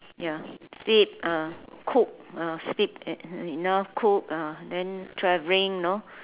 ya sleep ah cook ah sleep e~ enough cook ah then travelling you know